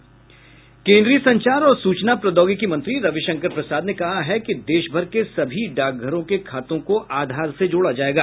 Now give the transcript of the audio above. केन्द्रीय संचार और सूचना प्रौद्योगिकी मंत्री रविशंकर प्रसाद ने कहा है कि देशभर के सभी डाकघरों के खातों को आधार से जोड़ा जायेगा